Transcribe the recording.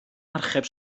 archeb